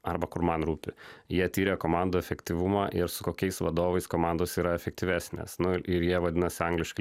arba kur man rūpi jie tiria komandų efektyvumą ir su kokiais vadovais komandos yra efektyvesnės nu ir ir jie vadinasi angliškai